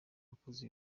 wakoze